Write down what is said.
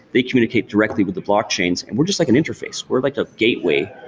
they communicate directly with the blockchains and we're just like an interface. we're like a gateway,